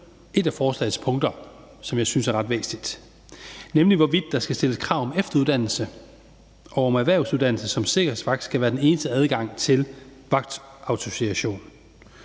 et af forslagets punkter, som jeg synes er ret væsentligt, nemlig hvorvidt der skal stilles krav om efteruddannelse, og om erhvervsuddannelse til sikkerhedsvagt skal være den eneste adgang til at få vagtautorisation.